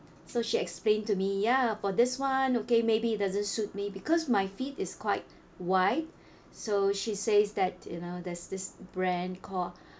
so she explained to me ya for this [one] okay maybe it doesn't suit me because my feet is quite wide so she says that you know there's this brand called